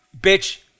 Bitch